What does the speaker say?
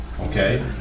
okay